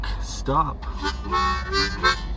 stop